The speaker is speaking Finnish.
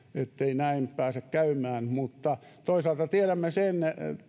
ettei näin pääse käymään toisaalta tiedämme sen